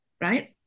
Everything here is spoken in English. right